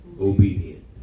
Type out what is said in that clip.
obedient